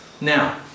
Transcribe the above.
Now